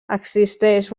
existeix